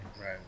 Right